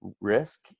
risk